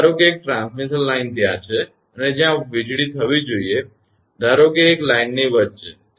ધારો કે એક ટ્રાન્સમિશન લાઇન ત્યાં છે અને જ્યાં વીજળી થવી જોઈએ ધારો કે એક લાઇનની વચ્ચે